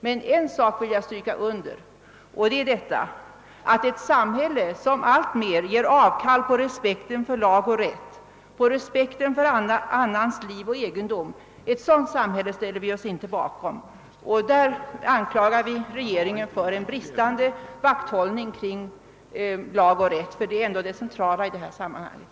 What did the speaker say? Men en sak vill jag stryka under och det är detta: ett samhälle som alltmer ger avkall på respekten för lag och rätt, på respekten för annans liv och egendom, ett sådant samhälle ställer vi oss inte bakom! Där anklagar vi regeringen för en bristande vakthållning kring lag och rätt, som ju ändå är det centrala i sammanhanget.